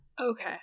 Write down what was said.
Okay